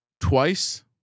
twice